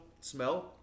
smell